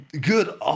good